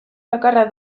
bakarra